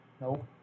nope